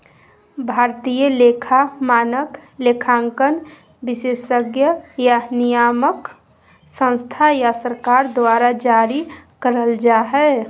भारतीय लेखा मानक, लेखांकन विशेषज्ञ या नियामक संस्था या सरकार द्वारा जारी करल जा हय